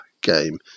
game